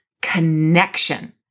connection